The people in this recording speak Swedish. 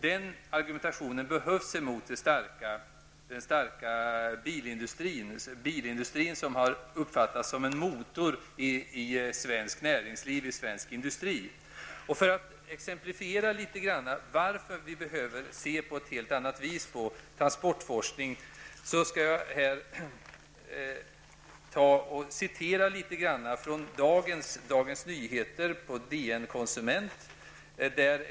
Den argumentationen behövs gentemot den starka bilindustrin, som har uppfattats som en motor i svenskt näringsliv och svensk industri. För att exemplifiera varför vi behöver se på transportforskningen på ett helt annat vis skall jag här citera ett stycke ur DN Konsument i dagens Dagens Nyheter.